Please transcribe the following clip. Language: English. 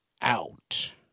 out